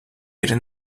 yeri